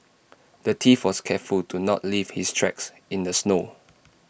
the thief was careful to not leave his tracks in the snow